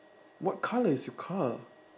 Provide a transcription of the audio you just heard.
what colour is your car